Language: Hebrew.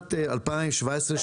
בשנת 2018-2017,